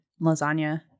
lasagna